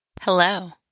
Hello